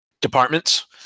departments